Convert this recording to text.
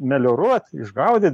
melioruot išgaudyt